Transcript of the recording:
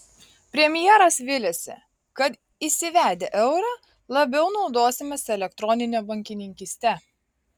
premjeras viliasi kad įsivedę eurą labiau naudosimės elektronine bankininkyste